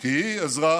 כי היא אזרח